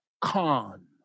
con